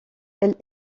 elle